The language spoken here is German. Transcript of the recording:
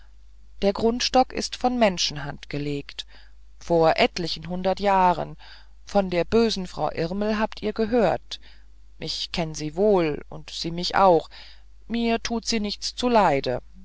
der grundstock ist von menschenhand gelegt vor etlich hundert jahren von der bösen frau irmel habt ihr gehört ich kenn sie wohl und sie mich auch mir tut sie nichts zuleide